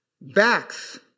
Backs